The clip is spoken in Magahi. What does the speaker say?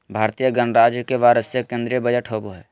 भारतीय गणराज्य के वार्षिक केंद्रीय बजट होबो हइ